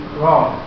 wrong